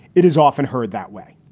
it is often heard that way,